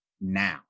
now